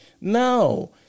No